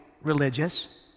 religious